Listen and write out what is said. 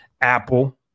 Apple